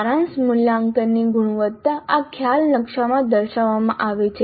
સારાંશ મૂલ્યાંકનની ગુણવત્તા આ ખ્યાલ નકશામાં દર્શાવવામાં આવી છે